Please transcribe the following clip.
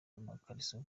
amakariso